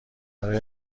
برای